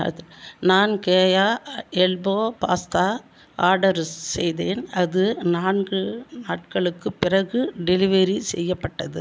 நான் Keya elbow pasta order செய்தேன் அது நான்கு நாட்களுக்குப் பிறகு டெலிவெரி செய்யப்பட்டது